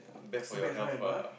is bad for health ah